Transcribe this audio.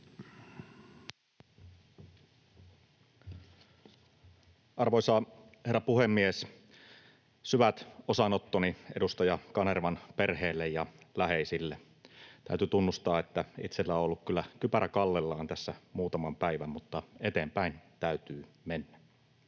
Arvoisa herra puhemies! Syvät osanottoni edustaja Kanervan perheelle ja läheisille. Täytyy tunnustaa, että itselläni on ollut kyllä kypärä kallellaan tässä muutaman päivän, mutta eteenpäin täytyy mennä.